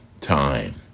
time